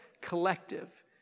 collective